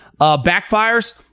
backfires